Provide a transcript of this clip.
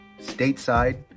stateside